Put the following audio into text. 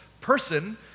person